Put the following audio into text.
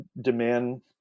demand